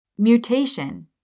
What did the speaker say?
Mutation